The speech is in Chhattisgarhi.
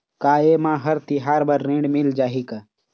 का ये मा हर तिहार बर ऋण मिल जाही का?